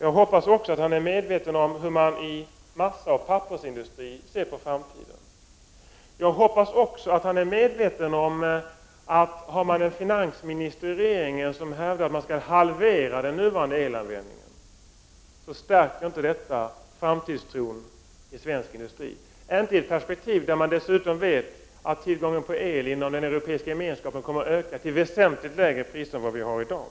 Jag hoppas att industriministern också är medveten om hur man inom massaoch pappersindustrin ser på framtiden. Jag hoppas också att han är medveten om, att när regeringen har en finansminister som hävdar att man skall halvera den nuvarande elanvändningen, stärker inte detta framtidstron inom svensk industri — inte i ett perspektiv där man dessutom vet att tillgången på el inom den Europeiska gemenskapen kommer att öka, och det till väsentligt lägre priser än vad vi har i dag.